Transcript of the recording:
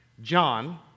John